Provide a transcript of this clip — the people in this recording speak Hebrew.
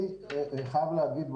אני חייב להגיד,